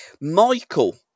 Michael